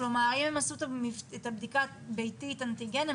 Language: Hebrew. כלומר אם הם עשו את הבדיקה הביתית אנטיגן הם